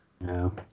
no